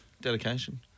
Dedication